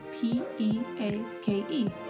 p-e-a-k-e